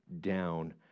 down